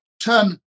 turn